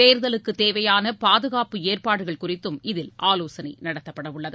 தேர்தலுக்கு தேவையான பாதுகாப்பு ஏற்பாடுகள் குறித்தும் இதில் ஆலோசனை நடத்தப்பட உள்ளது